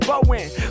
Bowen